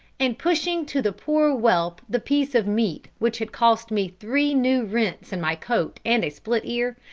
and pushing to the poor whelp the piece of meat which had cost me three new rents in my coat and a split ear,